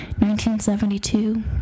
1972